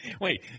Wait